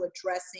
addressing